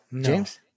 James